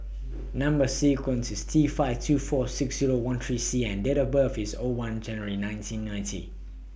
Number sequence IS T five two four six Zero one three C and Date of birth IS O one January nineteen ninety